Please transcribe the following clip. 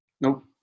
Nope